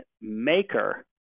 maker